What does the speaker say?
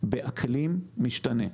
מתפתחת תחת אקלים משתנה.